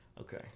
Okay